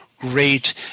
Great